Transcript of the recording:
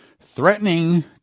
threatening